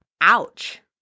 Ouch